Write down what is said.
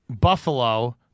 Buffalo